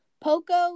Poco